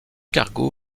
cargo